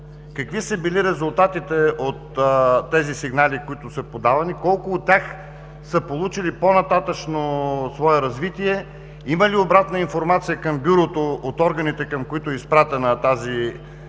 Какви са били резултатите от подаваните сигнали? Колко от тях са получили по-нататъшно свое развитие? Има ли обратна информация към Бюрото от органите, към които са изпратени тези сигнали,